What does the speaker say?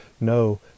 No